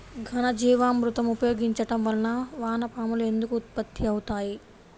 ఘనజీవామృతం ఉపయోగించటం వలన వాన పాములు ఎందుకు ఉత్పత్తి అవుతాయి?